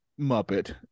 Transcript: Muppet